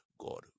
God